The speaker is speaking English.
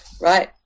Right